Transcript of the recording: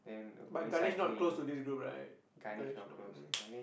but Ganesh not close to this group right Ganesh no